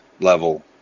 level